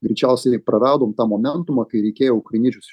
greičiausiai praradom tą momentumą kai reikėjo ukrainiečius